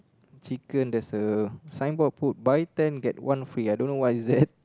chicken there's a sign board put buy ten get one free I don't know what is that